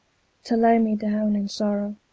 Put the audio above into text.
to lay me down in sorrow.